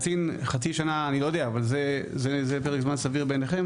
חצי שנה זה פרק זמן סביר בעיניכם?